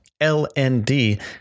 LND